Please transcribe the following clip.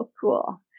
cool